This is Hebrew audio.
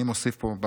ואני מוסיף פה: